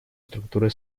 структуры